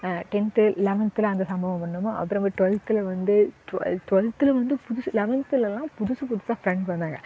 tenth லெவன்த்தில் அந்த சம்பவம் பண்ணோமா அப்புறமா டுவெல்த்தில் வந்து ட்வெல்த் ட்வெல்த்தில் வந்து புதுசு லெவன்த்துலல்லாம் வந்து புதுசு புதுசாக ஃப்ரெண்ட்ஸ் வந்தாக